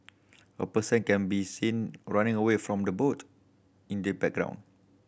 a person can be seen running away from the boat in the background